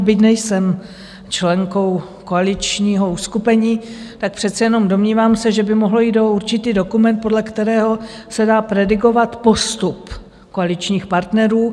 Byť nejsem členkou koaličního uskupení, tak přece jenom se domnívám, že by mohlo jít o určitý dokument, podle kterého se dá predikovat postup koaličních partnerů.